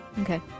Okay